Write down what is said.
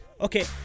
Okay